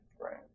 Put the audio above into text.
Right